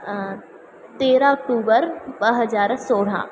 तेरहं अक्टूबर ॿ हज़ार सोरहं